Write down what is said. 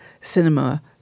cinema